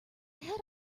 head